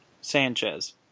Sanchez